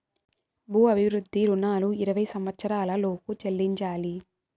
భూ అభివృద్ధి రుణాలు ఇరవై సంవచ్చరాల లోపు చెల్లించాలి